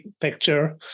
picture